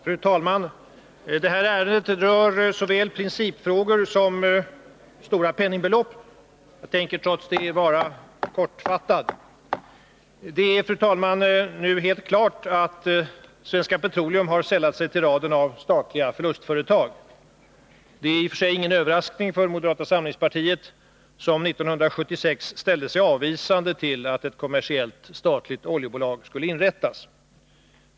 Fru talman! Detta ärende rör såväl principfrågor som stora penningbelopp. Jag tänker trots detta vara kortfattad. Det är, fru talman, nu helt klart att Svenska Petroleum AB sällat sig till raden av statliga förlustföretag. Detta är i och för sig ingen överraskning för moderata samlingspartiet, som redan 1976 ställde sig avvisande till att ett kommersiellt statligt oljebolag skulle inrättas.